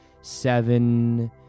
Seven